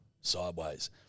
sideways